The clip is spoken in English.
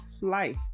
life